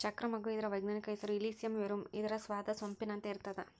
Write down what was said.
ಚಕ್ರ ಮಗ್ಗು ಇದರ ವೈಜ್ಞಾನಿಕ ಹೆಸರು ಇಲಿಸಿಯಂ ವೆರುಮ್ ಇದರ ಸ್ವಾದ ಸೊಂಪಿನಂತೆ ಇರ್ತಾದ